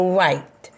right